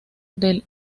del